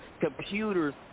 computers